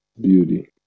beauty